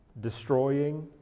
destroying